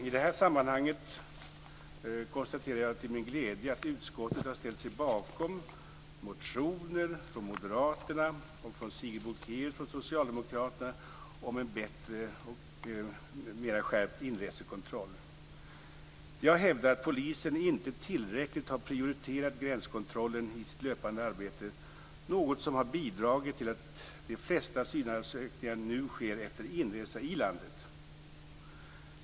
I detta sammanhang konstaterar jag till min glädje att utskottet har ställt sig bakom motioner från Moderaterna och från Sigrid Bolkéus från Socialdemokraterna om en bättre och mer skärpt inresekontroll. Jag hävdar att polisen inte tillräckligt har prioriterat gränskontrollen i sitt löpande arbete, något som har bidragit till att de flesta asylansökningar nu sker efter inresa i landet.